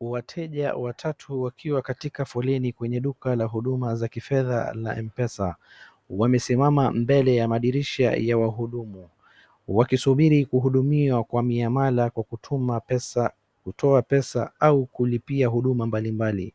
Wateja watatu wakiwa katika folenin kwenye duka la huduma za kifedha la Mpesa. Wamesimamambele za madirisha ya wahudumu. Wakisubiri kuhudumiwa kwa miamara kwa kutuma pesa, kutoa pesa au kulipia huduma mbalimbali.